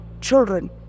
children